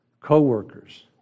co-workers